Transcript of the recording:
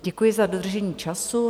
Děkuji za dodržení času.